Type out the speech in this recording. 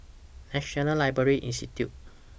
National Library Institute